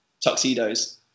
tuxedos